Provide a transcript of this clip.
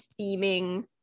theming